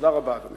תודה רבה, אדוני.